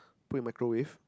put in microwave